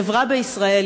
לחברה בישראל,